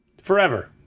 forever